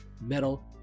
metal